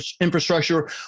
infrastructure